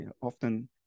often